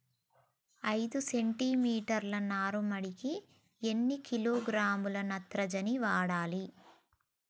ఐదు సెంటి మీటర్ల నారుమడికి ఎన్ని కిలోగ్రాముల నత్రజని వాడాలి?